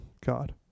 God